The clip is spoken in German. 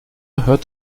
hört